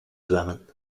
zwemmen